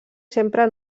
sempre